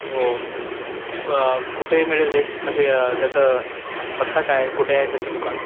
हो कुठे मिळेल ते म्हणजे त्याचं पत्ता काय आहे कुठे आहे त्याचं दुकान